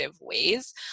ways